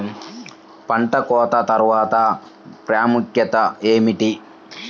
పంట కోత తర్వాత ప్రాముఖ్యత ఏమిటీ?